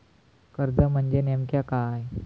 कर्ज म्हणजे नेमक्या काय?